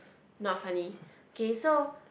not funny okay so